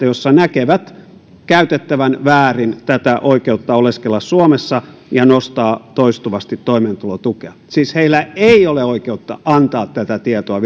joissa näkevät käytettävän väärin tätä oikeutta oleskella suomessa ja nostaa toistuvasti toimeentulotukea siis heillä ei ole oikeutta antaa tätä tietoa